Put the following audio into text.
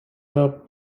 the